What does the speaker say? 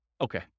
okay